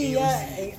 A O C